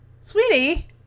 sweetie